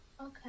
Okay